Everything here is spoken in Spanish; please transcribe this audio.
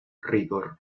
rigor